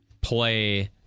play